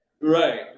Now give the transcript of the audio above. right